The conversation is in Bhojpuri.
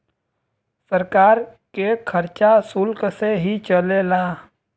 सरकार के खरचा सुल्क से ही चलेला